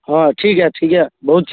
हँ ठीक हइ ठीक हइ बहुत चीज